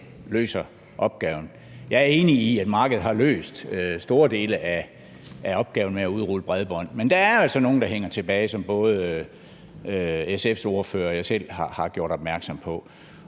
løser opgaven. Jeg er enig i, at markedet har løst store dele af opgaven med at udrulle bredbånd, men der er jo altså nogle, der står tilbage, som både SF's ordfører og jeg selv har gjort opmærksom på.